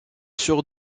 sur